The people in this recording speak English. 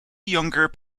younger